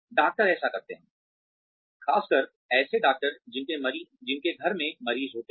doctor ऐसा करते हैं खासकर ऐसे डॉक्टर जिनके घर में मरीज होते हैं